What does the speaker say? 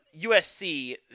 USC